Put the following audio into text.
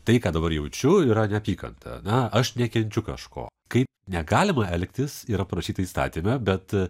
tai ką dabar jaučiu yra neapykanta na aš nekenčiu kažko kaip negalima elgtis yra parašyta įstatyme bet a